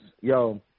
Yo